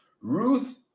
Ruth